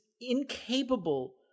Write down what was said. incapable